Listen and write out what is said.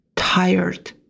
Tired